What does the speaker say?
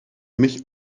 mich